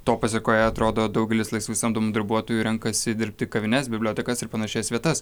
to pasekoje atrodo daugelis laisvai samdomų darbuotojų renkasi dirbti kavines bibliotekas ir panašias vietas